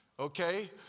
Okay